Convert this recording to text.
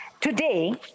Today